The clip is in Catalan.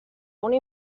una